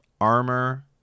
armor